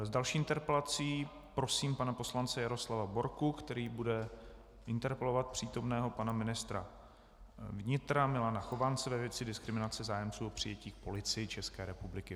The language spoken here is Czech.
S další interpelací prosím pana poslance Jaroslava Borku, který bude interpelovat přítomného pana ministra vnitra Milana Chovance ve věci diskriminace zájemců o přijetí k Policii České republiky.